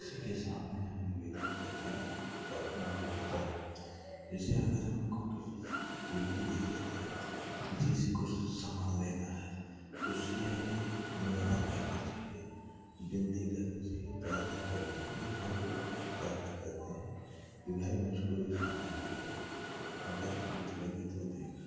किसी के सामने हम निवेदन करते है करना ही होता है इसे अगर हमको किसी चीज की जरूरत है किसी से कुछ समान लेना है तो उसे हमें निवेदन करना चाहिए विनती करनी चाहिए प्रार्थना करना चाहिए हाथ जोड़ के उससे प्रार्थना करते हैं कि भाई मुझको ये सामान चाहिए अगर उचित लगे तो देना